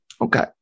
Okay